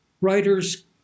writers